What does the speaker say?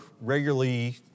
regularly